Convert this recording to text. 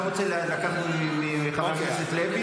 אני רוצה לקחת מחבר הכנסת לוי,